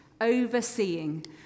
overseeing